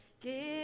Give